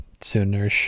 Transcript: sooner